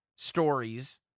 stories